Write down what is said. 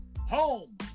home